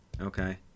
Okay